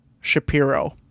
Shapiro